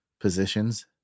positions